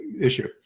issue